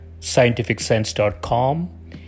scientificsense.com